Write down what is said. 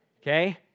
Okay